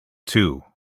too